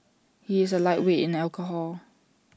he is A lightweight in alcohol